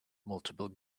multiple